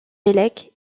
bellec